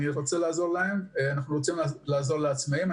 ולעצמאיים,